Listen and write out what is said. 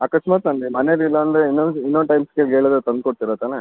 ಅಕಸ್ಮಾತ್ ನಾನು ಮನೇಲಿ ಇಲ್ಲಾಂದರೆ ಇನ್ನೊಂದು ಇನ್ನೊಂದು ಟೈಮಿಂಗ್ಸ್ಗೆ ಹೇಳದ್ರೆ ತಂದು ಕೊಡ್ತೀರಾ ತಾನೇ